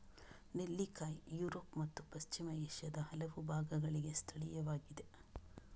ನೆಲ್ಲಿಕಾಯಿ ಯುರೋಪ್ ಮತ್ತು ಪಶ್ಚಿಮ ಏಷ್ಯಾದ ಹಲವು ಭಾಗಗಳಿಗೆ ಸ್ಥಳೀಯವಾಗಿದೆ